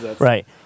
Right